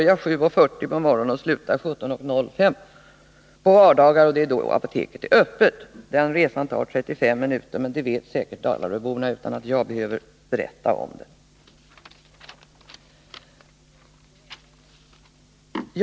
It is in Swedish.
7.40 på morgonen och kl. 17.05 på vardagar, och det är då apoteket är öppet. Resan tar 35 minuter, men det vet säkert dalaröborna utan att jag berättar det.